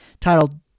titled